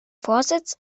vorsitz